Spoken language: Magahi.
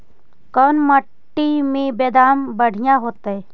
कोन मट्टी में बेदाम बढ़िया होतै?